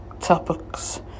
topics